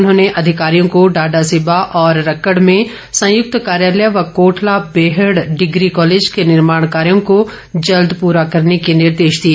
उन्होंने अधिकारियों को डाडासिबा और रक्कड़ में संयुक्त कार्यालय व कोटला बेहड़ डिग्री कॉलेज के निर्माण कार्यो को जल्द पूरा करने के निर्देश दिए